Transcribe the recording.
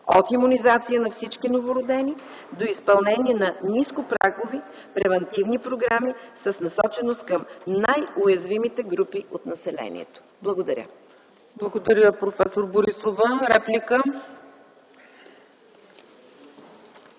от имунизация на всички новородени до изпълнение на нископрагови превантивни програми с насоченост към най-уязвимите групи от населението. Благодаря. ПРЕДСЕДАТЕЛ ЦЕЦКА ЦАЧЕВА: Благодаря, проф. Борисова. Реплика?